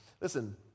listen